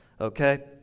Okay